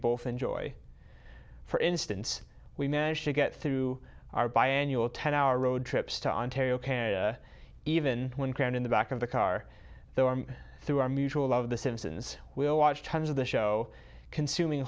both enjoy for instance we managed to get through our by annual ten hour road trips to ontario canada even when crammed in the back of the car the arm through our mutual love the simpsons we all watch tons of the show consuming